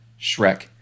Shrek